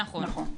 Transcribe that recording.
נכון.